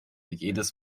jedes